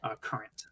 current